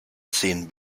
zehn